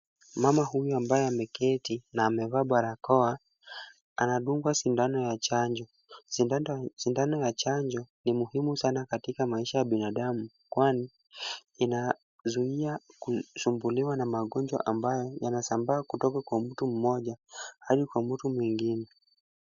Mama huyu ambaye ameketi na amevaa barakoa, anadungwa sindano ya chanjo. Sindano ya chanjo ni muhimu sana katika maisha ya binadamu kwani inazuia kusumbuliwa na magonjwa ambayo yanasambaa kutoka kwa mtu mmoja hadi kwa mtu mwingine.